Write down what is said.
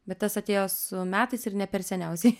bet tas atėjo su metais ir ne per seniausiai